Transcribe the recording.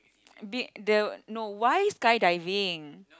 been the no why skydiving